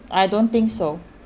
I don't think so